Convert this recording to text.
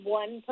one